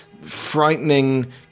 frightening